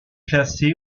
classée